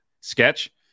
sketch